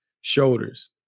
shoulders